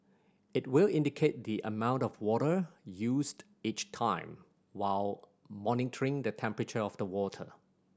it will indicate the amount of water used each time while monitoring the temperature of the water